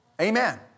Amen